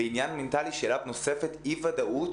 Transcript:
ועניין מנטלי שאליו נוספת אי ודאות